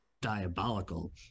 diabolical